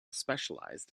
specialised